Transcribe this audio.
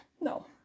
no